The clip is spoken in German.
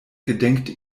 gedenkt